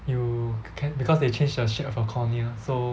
you can't because they change the shape of the cornea so